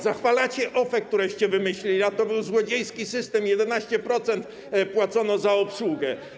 Zachwalacie OFE, któreście wymyślili, a to był złodziejski system - 11% płacono za obsługę.